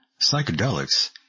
psychedelics